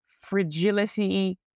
fragility